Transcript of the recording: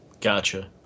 Gotcha